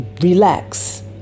relax